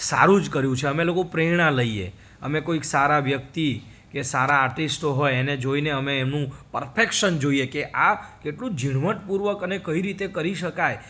સારું જ કર્યું છે અમે લોકો પ્રેરણા લઈએ અમે કોઈ સારા વ્યક્તિ કે સારા આર્ટીસ્ટો હોય એને જોઈને અમે એનું પરફેકશન જોઈએ કે આ કેટલું ઝીણવટપૂર્વક અને કઈ રીતે કરી શકાય